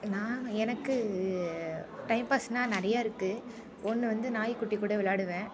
நான் எனக்கு டைம்பாஸ்னால் நிறைய இருக்குது ஒன்று வந்து நாய்க்குட்டிகூட விளையாடுவேன்